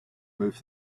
move